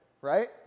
right